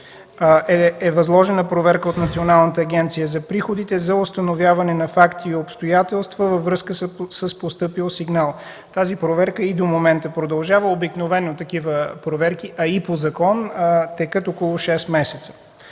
е възложена проверка от Националната агенция за приходите за установяване на факти и обстоятелства във връзка с постъпил сигнал. Тази проверка продължава и до момента. Обикновено такива проверки, а и по закон, текат около 6 месеца.